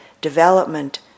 development